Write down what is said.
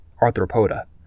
arthropoda